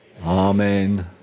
amen